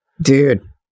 Dude